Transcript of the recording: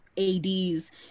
ADs